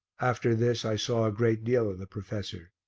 after this i saw a great deal of the professor.